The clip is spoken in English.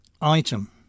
Item